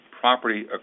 property